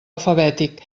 alfabètic